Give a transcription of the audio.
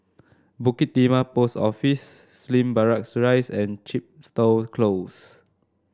Bukit Timah Post Office Slim Barracks Rise and Chepstow Close